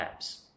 apps